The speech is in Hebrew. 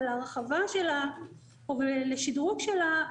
אבל ההרחבה והשדרוג שלה,